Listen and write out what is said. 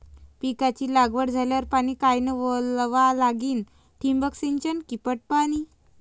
पिकाची लागवड झाल्यावर पाणी कायनं वळवा लागीन? ठिबक सिंचन की पट पाणी?